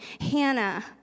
hannah